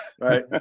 Right